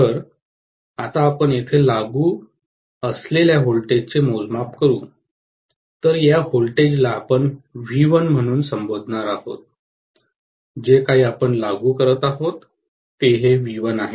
तर आता आपण येथे लागू असलेल्या व्होल्टेज चे मोजमाप करू तर या व्होल्टेजला आपण व्ही 1 म्हणून संबोधणार आहोत जे काही लागू आहे ते व्ही 1 आहे